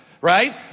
Right